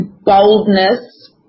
boldness